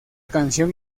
canción